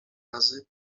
razy